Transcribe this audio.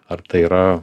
ar tai yra